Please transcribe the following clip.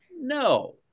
No